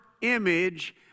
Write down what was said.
image